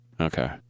Okay